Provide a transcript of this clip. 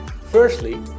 Firstly